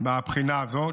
מהבחינה הזאת.